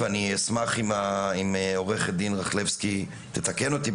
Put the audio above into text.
ואני אשמח אם עו"ד רכלבסקי תתקן אותי,